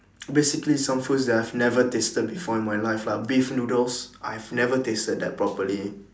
basically some foods that I've never tasted before in my life lah beef noodles I've never tasted that properly